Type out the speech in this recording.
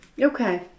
Okay